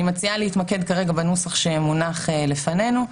אני מציעה להתמקד כרגע בנוסח שמונח לפנינו,